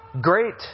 Great